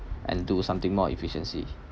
and do something more efficiency